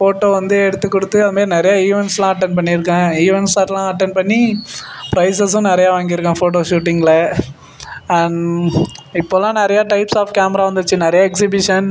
photo வந்து எடுத்துக் கொடுத்து அதுமாரி நிறைய ஈவெண்ட்ஸ்செலாம் அட்டெண்ட் பண்ணிருக்கேன் ஈவெண்ட்ஸரெலாம் அட்டெண்ட் பண்ணி ப்ரைஸஸும் நிறையா வாங்கியிருக்கேன் ஃபோட்டோ ஷூட்டிங்கில் அண்ட் இப்பெலாம் நிறையா டைப்ஸ் ஆஃப் கேமரா வந்துருச்சு நிறையா எக்ஸிபிஷன்